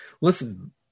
listen